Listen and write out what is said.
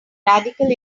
radical